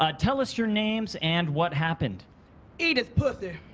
ah tell us your names and what happened edith puthie.